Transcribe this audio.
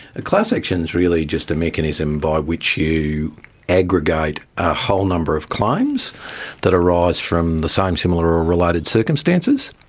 a class action is really just a mechanism by which you aggregate a whole number of claims that arise from the same, similar or related circumstances.